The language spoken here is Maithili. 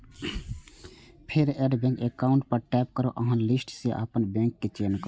फेर एड बैंक एकाउंट पर टैप करू आ लिस्ट सं अपन बैंक के चयन करू